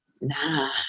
nah